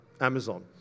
Amazon